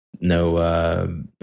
no